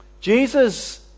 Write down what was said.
Jesus